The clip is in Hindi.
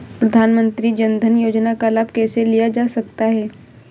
प्रधानमंत्री जनधन योजना का लाभ कैसे लिया जा सकता है?